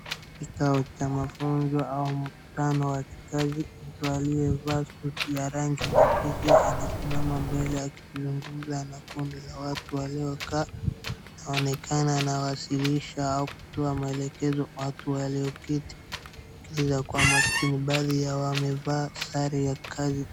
Kikao cha mafunzo au mkutano wa kikazi, mtu aliyevaa suti ya rangi nyepesi anasimama mbele na akizungumza kikundi ya watu waliokaa anaonekana anawasilisha au kutoa maelekezo kwa watu walioketi wanaskiliza kwa makini, baadhi yao wamevaa sare ya kazi.